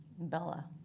Bella